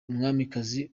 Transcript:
umwamikazi